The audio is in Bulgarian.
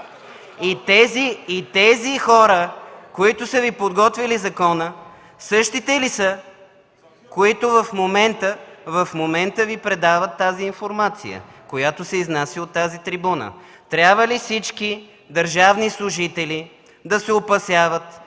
Тези хора, които са Ви подготвили законопроекта, същите ли са, които в момента Ви предават тази информация, която се изнася от трибуната? Трябва ли всички държавни служители да се опасяват